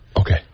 okay